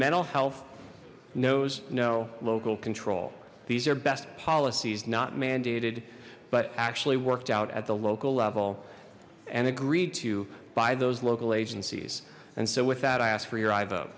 mental health knows no local control these are best policies not mandated but actually worked out at the local level and agreed to by those local agencies and so with that i ask for your